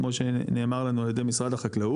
כמו שנאמר לנו על ידי משרד החקלאות,